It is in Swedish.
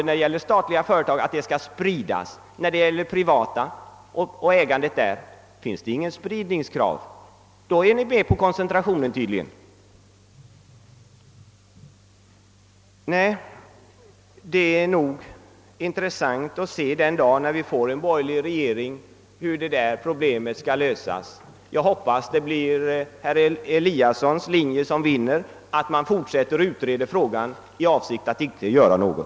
När det gäller de statliga företagen talar ni om att sprida ägandet, men i fråga om de privata företagen finns det inte något sådant krav; för de privata företagen är ni tydligen med på en koncentration. Den dag vi får en borgerlig regering skall det bli intressant att se hur detta problem kommer att lösas. Jag antar att herr Eliassons linje kommer att vinna, nämligen att man fortsätter att utreda frågan i avsikt att inte göra något.